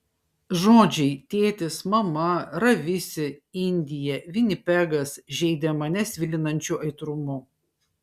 žodžiai tėtis mama ravisi indija vinipegas žeidė mane svilinančiu aitrumu